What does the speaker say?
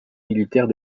militaires